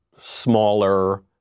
smaller